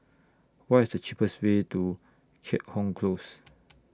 What IS The cheapest Way to Keat Hong Close